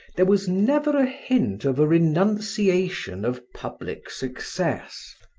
there was never a hint of a renunciation of public success,